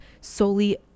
solely